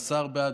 השר בעד,